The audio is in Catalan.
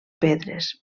pedres